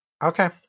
Okay